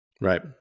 Right